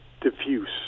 diffuse